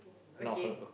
okay